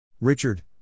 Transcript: Richard